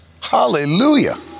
Hallelujah